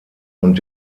und